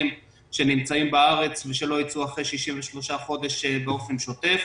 שנמצאים בארץ ושלא ייצאו אחרי 63 חודשים באופן שוטף.